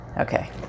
Okay